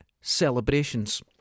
celebrations